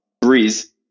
Breeze